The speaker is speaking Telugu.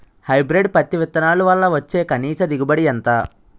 హైబ్రిడ్ పత్తి విత్తనాలు వల్ల వచ్చే కనీస దిగుబడి ఎంత?